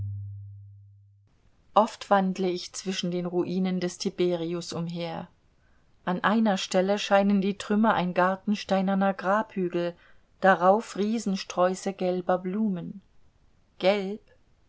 oft wandle ich zwischen den ruinen des tiberius umher an einer stelle scheinen die trümmer ein garten steinerner grabhügel darauf riesensträuße gelber blumen gelb